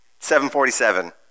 747